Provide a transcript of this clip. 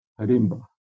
Harimba